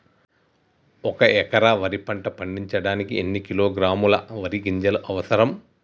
ఒక్క ఎకరా వరి పంట పండించడానికి ఎన్ని కిలోగ్రాముల వరి గింజలు అవసరం?